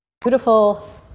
Beautiful